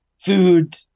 food